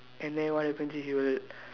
and then what happens is he would